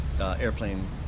airplane